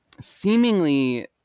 seemingly